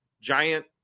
giant